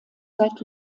seit